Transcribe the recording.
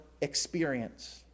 experience